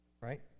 Right